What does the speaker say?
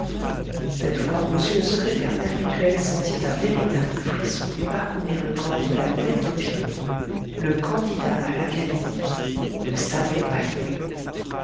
cette fois m le secrétaire perpétuel sentit un véritable frisson lui parcourir le corps de la tête aux pieds le candidat à l'académie ne savait pas lire